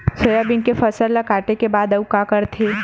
Soybean के फसल ल काटे के बाद आऊ का करथे?